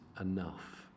enough